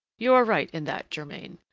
you are right in that, germain.